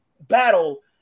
battle